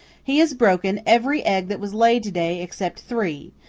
he has broken every egg that was laid to-day except three.